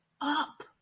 up